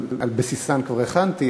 על בסיסן כבר הכנתי.